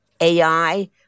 AI